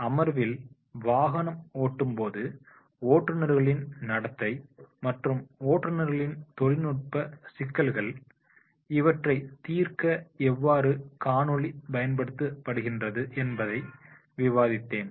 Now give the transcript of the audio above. அமர்வில் வாகனம் ஓட்டும்போது ஓட்டுநர்களின் நடத்தை மற்றும் ஓட்டுநர்களின் தொழில்நுட்ப சிக்கல்கள் இவற்றைத் தீர்க்க எவ்வாறு காணொளி பயன்படுத்தப்படுகின்றது என்பதை விவாதித்தேன்